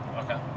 Okay